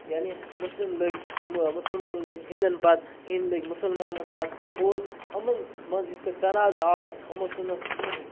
یعنے مُسلم لٔگۍ مُسلمان لٔگۍ ہِندٮ۪ن پَتہٕ ہِنٛدۍ لٔگۍ مُسلمانَن پَتہٕ اور یِمَن منٛز یِتھ کٔٹھۍ تناز آو یِمو ژھٕنُکھ